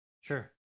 Sure